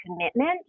commitment